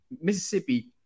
Mississippi